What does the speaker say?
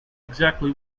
exactly